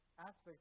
Aspects